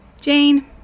Jane